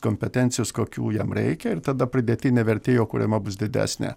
kompetencijos kokių jam reikia ir tada pridėtinė vertė jo kuriama bus didesnė